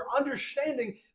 understanding